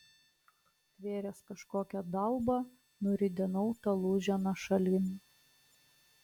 stvėręs kažkokią dalbą nuridenau tą lūženą šalin